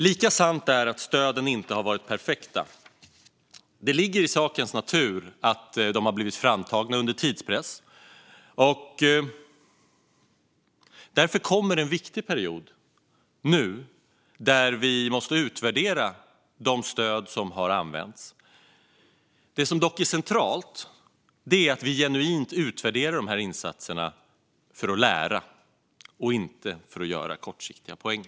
Lika sant är att stöden inte har varit perfekta. Det ligger i sakens natur att de har tagits fram under tidspress, och därför kommer det nu en viktig period då vi måste utvärdera de stöd som har använts. Det som dock är centralt är att vi genuint utvärderar de här insatserna för att lära, inte för att göra kortsiktiga poänger.